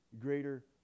greater